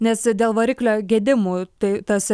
nes dėl variklio gedimų tai tas